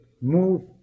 move